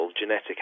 genetic